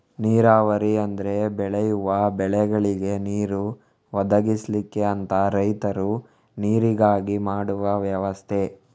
ನೀರಾವರಿ ಅಂದ್ರೆ ಬೆಳೆಯುವ ಬೆಳೆಗಳಿಗೆ ನೀರು ಒದಗಿಸ್ಲಿಕ್ಕೆ ಅಂತ ರೈತರು ನೀರಿಗಾಗಿ ಮಾಡುವ ವ್ಯವಸ್ಥೆ